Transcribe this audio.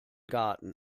garten